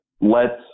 lets